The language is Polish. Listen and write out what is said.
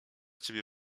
ciebie